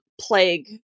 plague